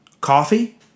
Coffee